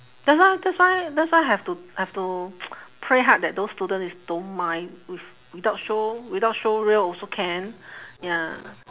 that's why that's why that's why have to have to pray hard that those student is don't mind with without show~ without showreel also can ya